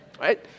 Right